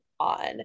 On